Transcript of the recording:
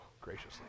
graciously